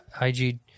IG